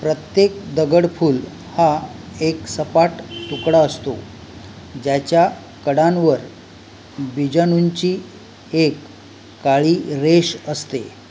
प्रत्येक दगडफूल हा एक सपाट तुकडा असतो ज्याच्या कडांवर बिजाणूंची एक काळी रेष असते